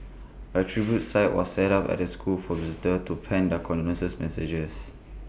A tribute site was set up at the school for visitors to plan their condolences messages